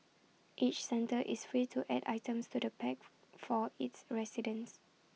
each centre is free to add items to the packs for its residents